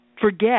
Forget